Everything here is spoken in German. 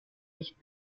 nicht